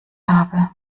habe